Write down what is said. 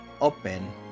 open